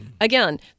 again